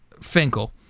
Finkel